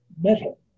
metal